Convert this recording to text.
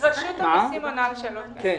רשות המיסים עונה על שאלות כאלה.